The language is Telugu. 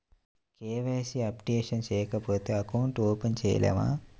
కే.వై.సి అప్డేషన్ చేయకపోతే అకౌంట్ ఓపెన్ చేయలేమా?